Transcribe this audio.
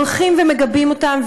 מגבים אותם,